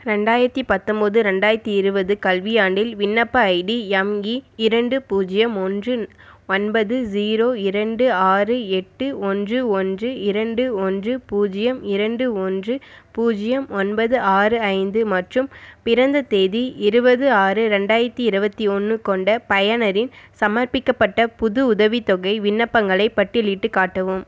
ரெண்டாயிரத்தி பத்தொம்போது ரெண்டாயிரத்தி இருபது கல்வியாண்டில் விண்ணப்ப ஐடி எம் இ இரண்டு பூஜ்ஜியம் ஒன்று ஒன்பது ஸீரோ இரண்டு ஆறு எட்டு ஒன்று ஒன்று இரண்டு ஒன்று பூஜ்ஜியம் இரண்டு ஒன்று பூஜ்ஜியம் ஒன்பது ஆறு ஐந்து மற்றும் பிறந்த தேதி இருபது ஆறு ரெண்டாயிரத்தி இருபத்தி ஒன்று கொண்ட பயனரின் சமர்ப்பிக்கப்பட்ட புது உதவித்தொகை விண்ணப்பங்களைப் பட்டியலிட்டுக் காட்டவும்